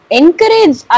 encourage